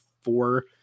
four